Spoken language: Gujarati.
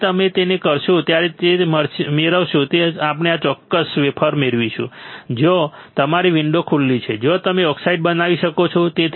જ્યારે તમે તે કરશો ત્યારે તમે જે મેળવશો તે આપણે આ ચોક્કસ વેફર મેળવીશું જ્યાં તમારી વિન્ડો ખુલ્લી છે જ્યાં તમે ઓક્સાઇડ બનાવી શકો છો